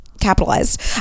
capitalized